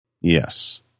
Yes